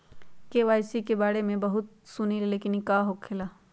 KYC के बारे में हम बहुत सुनीले लेकिन इ का होखेला?